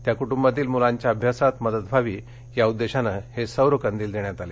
त्या कुटुंबातील मुलांच्या अभ्यासात मदत व्हावी या उद्देशानं हे सौर कंदील देण्यात आले